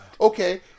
Okay